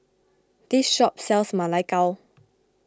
this shop sells Ma Lai Gao